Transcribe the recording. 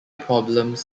problems